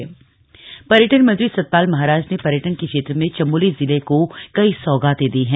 सतपाल महाराज पर्यटन मंत्री सतपाल महाराज ने पर्यटन के क्षेत्र में चमोली जिले को कई सौगातें दी हैं